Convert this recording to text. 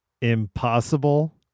impossible